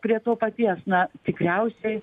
prie to paties na tikriausiai